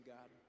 God